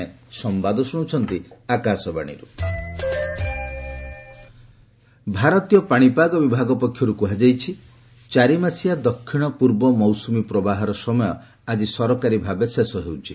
monsoon IMD ଭାରତୀୟ ପାଣିପାଗ ବିଭାଗ ପକ୍ଷରୁ କୁହାଯାଇଛି ଯେ ଚାରିମାସିଆ ଦକ୍ଷିଣ ପୂର୍ବ ମୌସୁମୀ ପ୍ରବାହର ସମୟ ଆଜି ସରକାରୀ ଭାବେ ଶେଷ ହେଉଛି